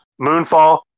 Moonfall